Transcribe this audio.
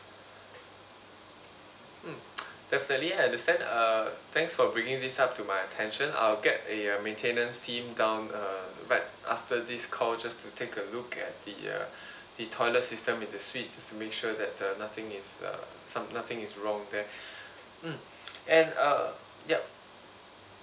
mm definitely I understand uh thanks for bringing this up to my attention I'll get a uh maintenance team down uh right after this call just to take a look at the uh the toilet system in the suite just to make sure that uh nothing is uh some~ nothing is wrong there mm and uh yup